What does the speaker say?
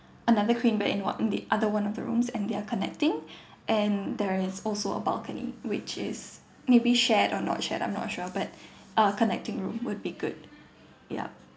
another queen bed in one the other one of the rooms and they are connecting and there is also a balcony which is maybe shared or not shared I'm not sure but uh connecting room would be good yup